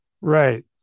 Right